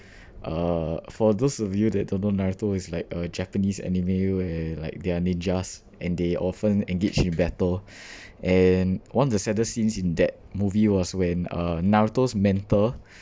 uh for those of you that don't know naruto is like a japanese anime where like they're ninjas and they often engage in battle and one the saddest scenes in that movie was when uh naruto's mentor